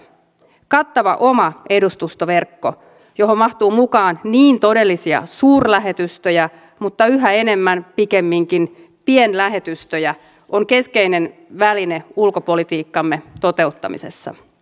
kattava oma edustustoverkko johon mahtuu mukaan todellisia suurlähetystöjä mutta yhä enemmän pikemminkin pienlähetystöjä on keskeinen väline ulkopolitiikkamme toteuttamisessa